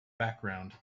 background